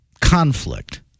conflict